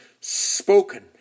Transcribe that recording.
spoken